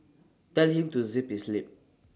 tell him to zip his lip